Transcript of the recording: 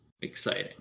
exciting